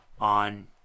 on